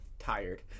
Tired